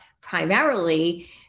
primarily